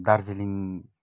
Darjeeling